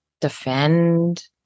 defend